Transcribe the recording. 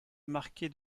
marqué